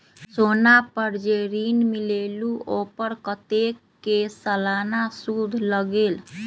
सोना पर जे ऋन मिलेलु ओपर कतेक के सालाना सुद लगेल?